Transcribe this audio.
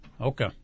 okay